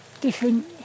different